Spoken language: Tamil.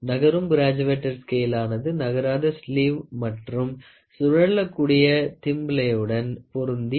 கிராஜுவிட்டிட் ஸ்கேளானது நகராத ஸ்லீவ் மற்றும் சுழலக் கூடிய திம்பளேயுடன் பொருந்தி இருக்கும்